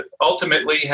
ultimately